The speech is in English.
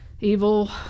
Evil